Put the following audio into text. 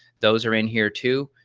those are in here too,